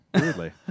weirdly